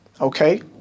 Okay